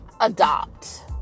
adopt